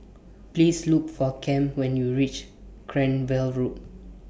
Please Look For Cam when YOU REACH Cranwell Road